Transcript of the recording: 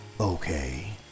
Okay